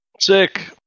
Sick